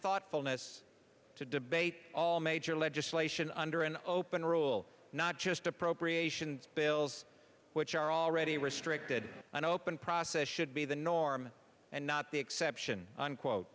thoughtfulness to debate all major legislation under an open rule not just appropriation bills which are already restricted an open process should be the norm and not the exception unquote